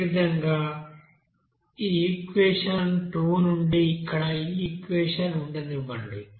అదేవిధంగా ఈ ఈక్వెషన్ 2 నుండి ఇక్కడ ఈ ఈక్వెషన్ ఉండనివ్వండి